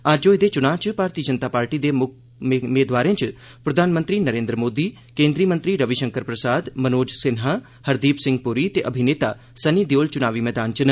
अज्ज होए दे चुनां च भारती जनता पार्टी दे मुक्ख मेदवारें च प्रधानमंत्री नरेन्द्र मोदी केन्द्रीय मंत्री रविशंकर प्रसाद मनोज सिन्हा हरदीप सिंह पुरी ते अभिनेता सनी देयोल चुनावी मैदान च न